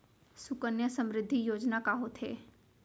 सुकन्या समृद्धि योजना का होथे